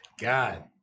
God